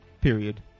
period